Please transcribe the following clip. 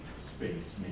space